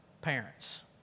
parents